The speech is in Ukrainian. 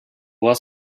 вас